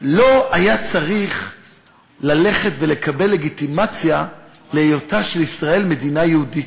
לא היה צריך ללכת ולקבל לגיטימציה להיותה של ישראל מדינה יהודית.